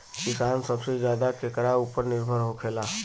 किसान सबसे ज्यादा केकरा ऊपर निर्भर होखेला?